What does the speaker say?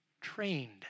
trained